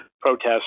protests